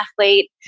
athlete